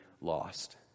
lost